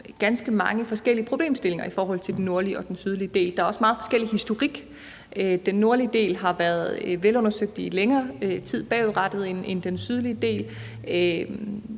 ganske mange forskellige problemstillinger i forhold til den nordlige og den sydlige del. Der er også meget forskellig historik. Den nordlige del har bagudrettet været velundersøgt i længere tid end den sydlige del,